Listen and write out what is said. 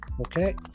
Okay